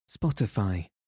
Spotify